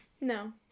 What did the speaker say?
No